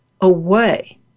away